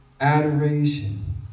adoration